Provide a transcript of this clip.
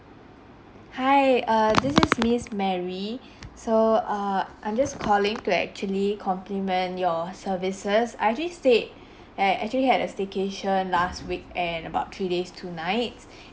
hi uh this is miss mary so err I'm just calling to actually compliment your services I actually stayed I actually had a staycation last week and about three days two nights